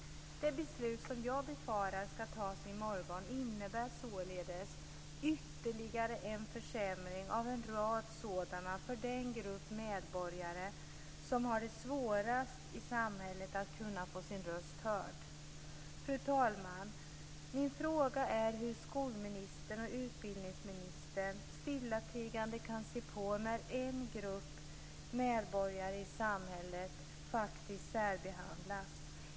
Det beslut som jag befarar ska fattas i morgon innebär således ytterligare en försämring av en rad sådana för den grupp medborgare som har det svårast i samhället att kunna få sin röst hörd. Fru talman! Min fråga är: Hur kan skolministern och utbildningsministern stillatigande se på när en grupp medborgare i samhället särbehandlas?